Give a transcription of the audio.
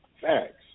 Facts